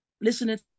listening